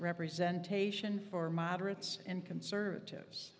representation for moderates and conservatives